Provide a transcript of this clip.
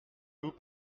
vous